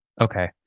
Okay